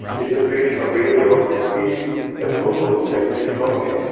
is the creation of real jobs in a global competitive economy.